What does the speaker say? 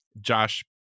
Josh